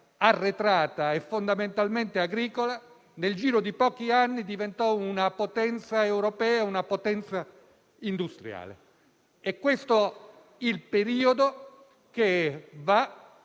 arretrata e fondamentalmente agricola, nel giro di pochi anni diventò una potenza europea e una potenza industriale. È questo il periodo che va